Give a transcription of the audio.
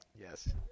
Yes